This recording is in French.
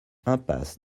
impasse